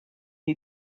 who